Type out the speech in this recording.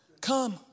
come